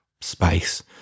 space